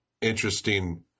interesting